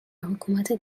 حکومت